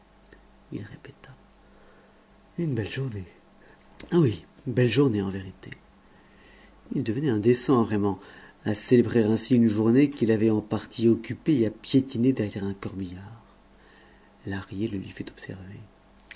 il répéta une belle journée oui belle journée en vérité il devenait indécent vraiment à célébrer ainsi une journée qu'il avait en partie occupée à piétiner derrière un corbillard lahrier le lui fit observer